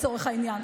לצורך העניין,